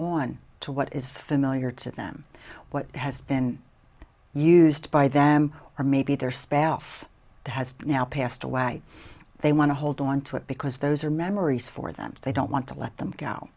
on to what is familiar to them what has been used by them or maybe their spouse has now passed away they want to hold on to it because those are memories for them they don't want to let them go